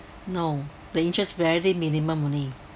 no the interest very minimum only